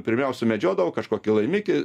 pirmiau sumedžiodavo kažkokį laimikį